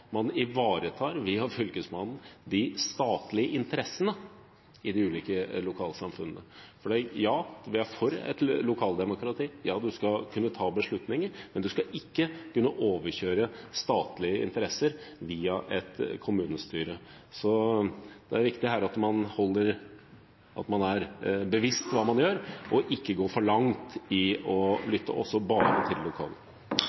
man – via Fylkesmannen – ivaretar de statlige interessene i de ulike lokalsamfunnene. Ja, vi er for et lokaldemokrati, og man skal kunne ta beslutninger, men man skal ikke kunne overkjøre statlige interesser via et kommunestyre. Så det er viktig at man her er bevisst på hva man gjør, og ikke går for langt i å lytte bare til lokale